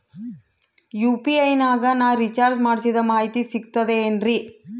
UPI ನಾಗ ನಾ recharge ಮಾಡಿಸಿದ ಮಾಹಿತಿ ಸಿಕ್ತದೆ ಏನ್ರಿ?